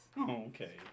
Okay